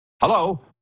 Hello